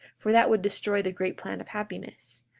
for that would destroy the great plan of happiness.